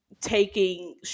taking